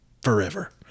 forever